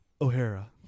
O'Hara